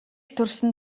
төрсөн